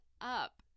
up